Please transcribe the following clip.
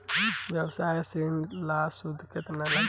व्यवसाय ऋण ला सूद केतना लागी?